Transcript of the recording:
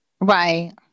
Right